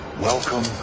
Welcome